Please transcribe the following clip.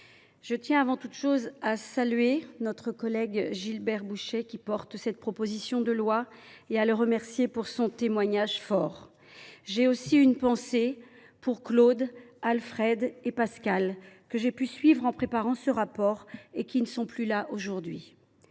je tiens avant tout à saluer notre collègue Gilbert Bouchet, qui porte cette proposition de loi, et à le remercier pour son témoignage fort. J’ai aussi une pensée pour Claude, Alfred et Pascal, que j’ai pu suivre en préparant ce rapport, mais qui ne sont plus là aujourd’hui.